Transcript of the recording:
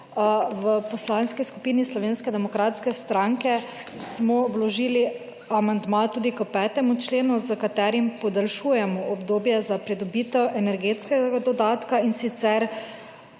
V Poslanski skupini Slovenske demokratske stranke smo vložili amandma tudi k 5. členu s katerim podaljšujemo obdobja za pridobitev energetskega dodatka in sicer